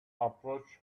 approached